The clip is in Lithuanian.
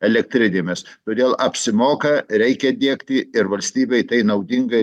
elektrinėmis todėl apsimoka reikia diegti ir valstybei tai naudinga